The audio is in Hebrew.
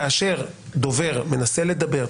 כאשר דובר מנסה לדבר,